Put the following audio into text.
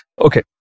Okay